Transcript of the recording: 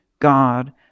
God